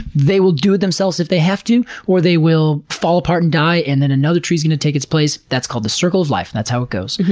they will do it themselves if they have to, or they will fall apart and die, and then another tree is gonna take its place, that's called the circle of life, that's how it goes.